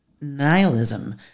nihilism